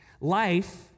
Life